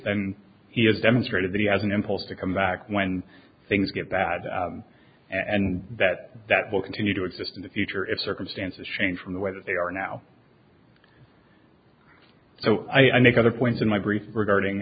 then he has demonstrated the as an impulse to come back when things get bad and that that will continue to exist in the future if circumstances change from the way that they are now so i make other points in my brief regarding